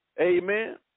Amen